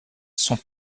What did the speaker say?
sont